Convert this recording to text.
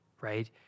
right